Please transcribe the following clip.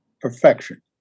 perfection